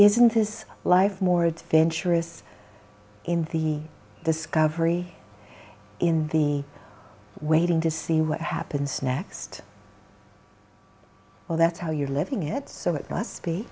this life more adventurous in the discovery in the waiting to see what happens next well that's how you're living it so it must be